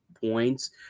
points